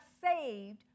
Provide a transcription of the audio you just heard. saved